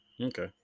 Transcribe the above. Okay